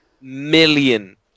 million